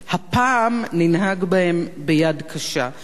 הפעם ננהג בהם ביד קשה.